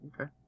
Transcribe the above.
Okay